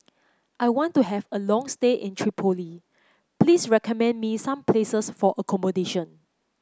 I want to have a long stay in Tripoli please recommend me some places for accommodation